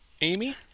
Amy